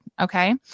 Okay